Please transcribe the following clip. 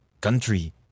country